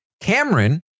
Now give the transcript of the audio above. Cameron